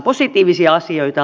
positiivisia asioita